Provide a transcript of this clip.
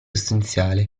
essenziale